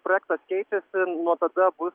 projektas keisis nuo tada bus